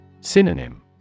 Synonym